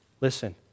listen